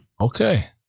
Okay